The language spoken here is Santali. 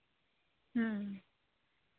ᱦᱮᱸ